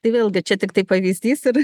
tai vėlgi čia tiktai pavyzdys ir